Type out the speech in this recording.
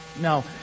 No